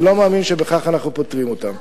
אני לא מאמין שבכך אנחנו פותרים אותן.